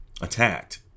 attacked